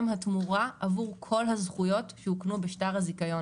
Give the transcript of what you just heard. התמורה עבור עכל הזכויות שהוקנו בשטר הזיכיון.